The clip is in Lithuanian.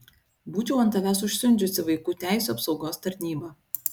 būčiau ant tavęs užsiundžiusi vaikų teisių apsaugos tarnybą